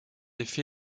effets